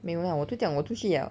没有 lah 我就讲我出去 liao